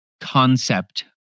concept